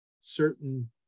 certain